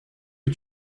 que